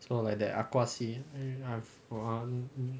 so like that ah gua scene um